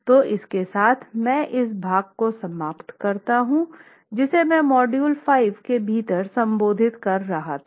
तो इसके साथ मैं इस भाग को समाप्त करता हूं जिसे मैं मॉड्यूल 5 के भीतर संबोधित कर रहा हूं